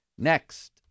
Next